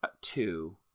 two